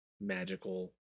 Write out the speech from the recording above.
magical